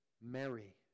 Mary